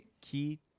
Key